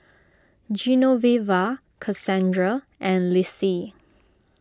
Genoveva Cassandra and Lissie